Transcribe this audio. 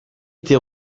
été